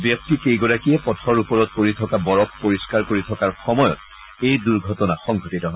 ব্যক্তিকেইগৰাকীয়ে পথৰ ওপৰত পৰি থকা বৰফ পৰিস্থাৰ কৰি থকাৰ সময়ত এই দুৰ্ঘটনা সংঘটিত হয়